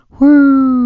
Woo